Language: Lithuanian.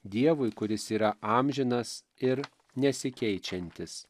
dievui kuris yra amžinas ir nesikeičiantis